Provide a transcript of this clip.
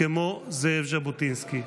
כמו זאב ז'בוטינסקי,